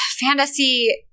fantasy